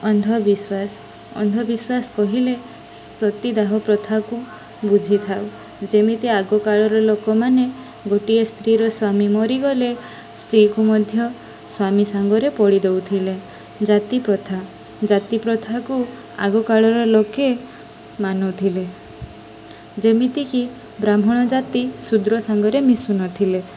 ଅନ୍ଧବିଶ୍ୱାସ ଅନ୍ଧବିଶ୍ଵାସ କହିଲେ ସତୀଦାହ ପ୍ରଥାକୁ ବୁଝିଥାଉ ଯେମିତି ଆଗ କାଳର ଲୋକମାନେ ଗୋଟିଏ ସ୍ତ୍ରୀର ସ୍ୱାମୀ ମରିଗଲେ ସ୍ତ୍ରୀକୁ ମଧ୍ୟ ସ୍ୱାମୀ ସାଙ୍ଗରେ ପଡ଼ି ଦେଉଥିଲେ ଜାତିପ୍ରଥା ଜାତିପ୍ରଥାକୁ ଆଗକାଳର ଲୋକେ ମାନୁଥିଲେ ଯେମିତିକି ବ୍ରାହ୍ମଣ ଜାତି ଶୁଦ୍ର ସାଙ୍ଗରେ ମିଶୁନଥିଲେ